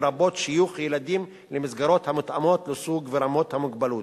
לרבות שיוך ילדים למסגרת המותאמת לסוג ולרמת המוגבלות.